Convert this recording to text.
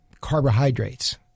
carbohydrates